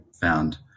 found